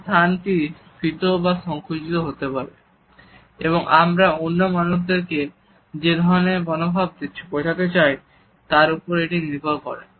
এই স্থানটি স্ফীত বা সঙ্কুচিত হতে পারে এবং আমরা অন্য মানুষদের কে যে ধরনের মনোভাব বোঝাতে চাই তার ওপর এটি নির্ভর করে